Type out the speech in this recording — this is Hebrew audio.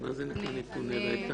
מה זה נתוני רקע?